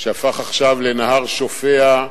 שהפך עכשיו לנהר שופע,